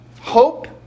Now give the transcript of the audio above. Hope